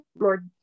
more